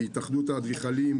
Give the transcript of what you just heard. בהתאחדות האדריכלים,